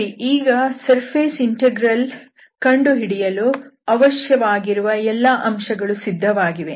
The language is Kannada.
ಸರಿ ಈಗ ಸರ್ಫೇಸ್ ಇಂಟೆಗ್ರಲ್ ಕಂಡುಹಿಡಿಯಲು ಅವಶ್ಯವಾಗಿರುವ ಎಲ್ಲಾ ಅಂಶಗಳು ಸಿದ್ಧವಾಗಿವೆ